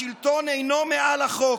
השלטון אינו מעל החוק,